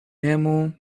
niemu